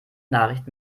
nachricht